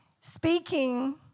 speaking